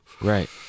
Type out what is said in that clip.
Right